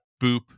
Boop